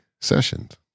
sessions